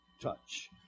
Touch